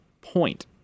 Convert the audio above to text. point